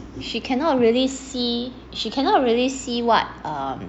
she cannot really see she cannot really see [what] um